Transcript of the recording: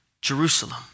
Jerusalem